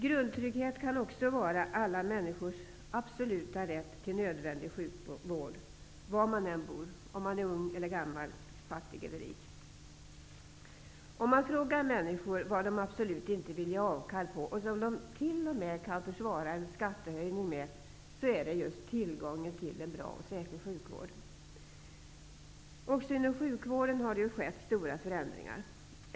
Grundtrygghet kan också vara alla människors absoluta rätt till nödvändig sjukvård var man än bor, om man är ung eller gammal, fattig eller rik. Om man frågar människor vad de absolut inte vill ge avkall på och som de t.o.m. kan försvara en skattehöjning för, får man svaret att det just är tillgången till en bra och säker sjukvård. Också inom sjukvården har det skett stora förändringar.